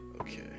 Okay